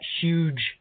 huge